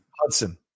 Hudson